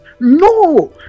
No